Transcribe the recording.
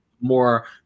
more